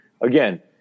again